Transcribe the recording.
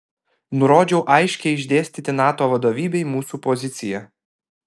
nurodžiau aiškiai išdėstyti nato vadovybei mūsų poziciją